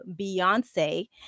Beyonce